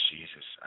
Jesus